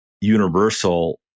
universal